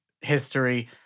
history